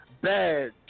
bad